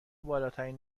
بالاترین